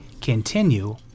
continue